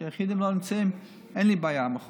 שהיחידים לא נמצאים, אין לי בעיה עם החוק.